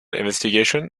investigations